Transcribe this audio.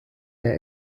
der